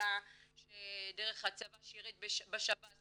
אתיופיה שדרך הצבא שירת בשב"ס